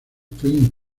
twin